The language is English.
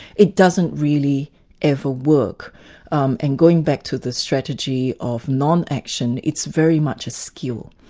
it doesn't really ever work um and going back to the strategy of non-action, it's very much a skill.